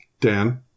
Dan